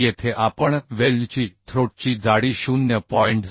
आणि येथे आपण वेल्डची थ्रोटची जाडी 0